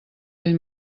ell